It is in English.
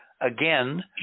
again